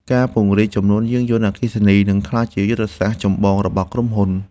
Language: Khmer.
ការពង្រីកចំនួនយានយន្តអគ្គិសនី នឹងក្លាយជាយុទ្ធសាស្ត្រចម្បងរបស់ក្រុមហ៊ុន។